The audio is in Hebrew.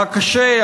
הקשה.